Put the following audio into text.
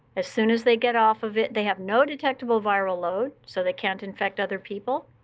as soon as they get off of it, they have no detectable viral load, so they can't infect other people.